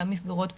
גם מסגרות פרטיות.